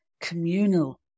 communal